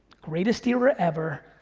greatest era ever,